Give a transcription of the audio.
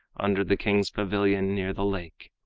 under the king's pavilion near the lake.